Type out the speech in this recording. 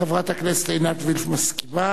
חברת הכנסת עינת וילף מסכימה,